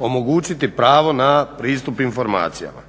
omogućiti pravo na pristup informacijama.